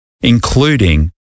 including